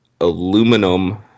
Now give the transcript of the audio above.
Aluminum